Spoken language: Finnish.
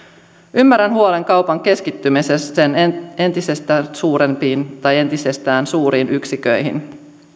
ymmärrän huolen kaupan keskittymisestä entisestään suurempiin tai entisestään suuriin yksiköihin